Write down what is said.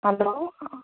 hello